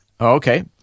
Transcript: okay